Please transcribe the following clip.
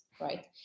right